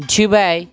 Dubai